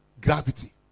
gravity